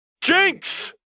Jinx